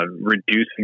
reducing